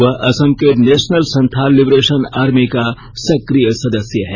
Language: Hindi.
वह असम के नेशनल संथाल लिबरेशन आर्मी का सक्रिय सदस्य है